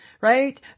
Right